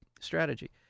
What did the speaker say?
strategy